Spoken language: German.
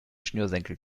schnürsenkel